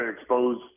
expose